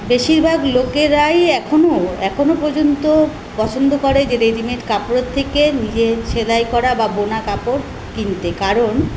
বেশিরভাগ লোকেরাই এখনও এখনও পর্যন্ত পছন্দ করে যে রেডিমেড কাপড়ের থেকে নিজে সেলাই করা বা বোনা কাপড় কিনতে কারণ